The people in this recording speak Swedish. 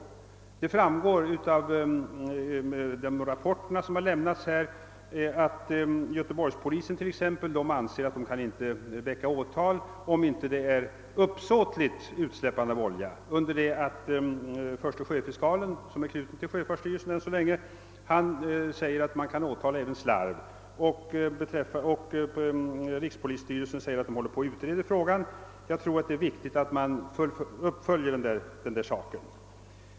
Av de lämnade rapporterna framgår att exempelvis göteborgspolisen anser att den inte kan föranstalta om åtal om det inte rör sig om uppsåtligt utsläppande av olja, under det att förste sjöfiskalen, som än så länge är knuten till sjöfartsstyrelsen, menar att även slarv kan åtalas, och rikspolisstyrelsen å sin sida säger att den håller på att utreda frågan. Jag tror det är viktigt att man följer upp saken.